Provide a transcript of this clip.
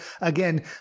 again